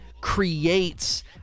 creates